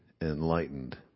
enlightened